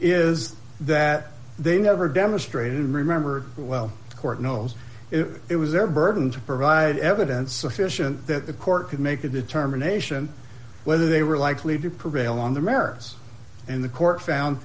is that they never demonstrated remember well the court knows if it was their burden to provide evidence sufficient that the court could make a determination whether they were likely to prevail on the